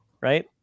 right